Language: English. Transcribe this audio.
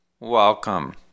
Welcome